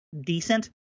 decent